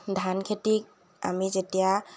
ধান খেতি আমি যেতিয়া